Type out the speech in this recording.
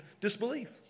disbelief